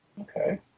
Okay